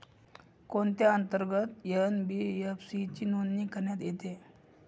कोणत्या अंतर्गत एन.बी.एफ.सी ची नोंदणी करण्यात येते?